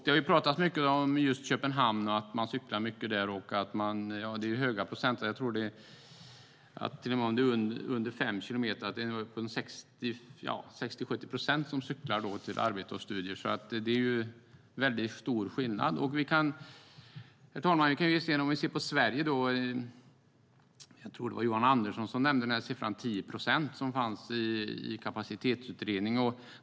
Det har talats mycket om just Köpenhamn och att man cyklar mycket där. Det är höga procenttal - på sträckor under fem kilometer är det en 60-70 procent som cyklar till arbete och studier. Det är stor skillnad jämfört med Sverige. Jag tror att det var Johan Andersson som nämnde siffran 10 procent, som finns i kapacitetsutredningen.